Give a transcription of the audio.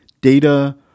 data